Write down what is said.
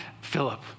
Philip